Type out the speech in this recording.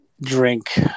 drink